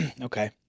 Okay